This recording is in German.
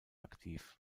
aktiv